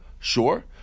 Sure